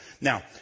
Now